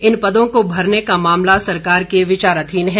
इन पदों को भरने का मामला सरकार के विचाराधीन है